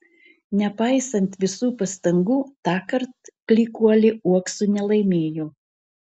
nepaisant visų pastangų tąkart klykuolė uokso nelaimėjo